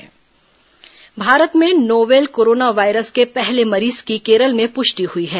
corona virus Bharat में novel corona virus के पहले मरीज की केरल में पुष्टि हुई है